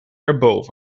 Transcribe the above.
erboven